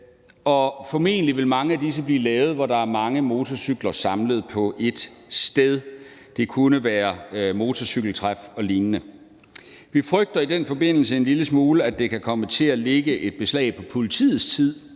og formentlig vil mange af disse syn blive foretaget, hvor der er mange motorcykler samlet på et sted. Det kunne være motorcykeltræf og lignende. Vi frygter i den forbindelse en lille smule, at det ligeledes kan komme til at lægge beslag på politiets tid,